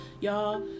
y'all